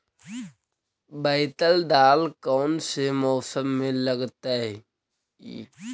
बैतल दाल कौन से मौसम में लगतैई?